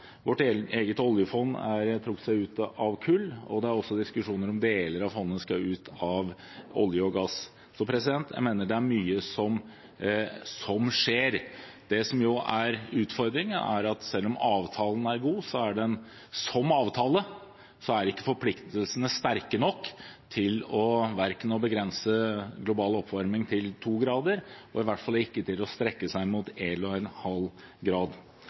Vårt eget oljefond har trukket seg ut av kull, og det er også diskusjoner om deler av fondet skal ut av olje og gass. Så jeg mener det er mye som skjer. Det som er utfordringen, er at selv om avtalen er god – som avtale – er ikke forpliktelsene sterke nok til å begrense den globale oppvarmingen til 2 grader, og i hvert fall ikke til å strekke seg mot